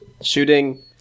shooting